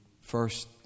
first